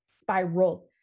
spiral